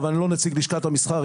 אבל אני לא נציג לשכת המסחר.